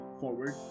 forward